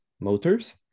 Motors